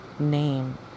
name